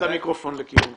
לעידוד ייצור האופנה בישראל.